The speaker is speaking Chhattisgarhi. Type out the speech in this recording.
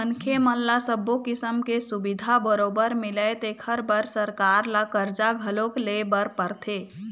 मनखे मन ल सब्बो किसम के सुबिधा बरोबर मिलय तेखर बर सरकार ल करजा घलोक लेय बर परथे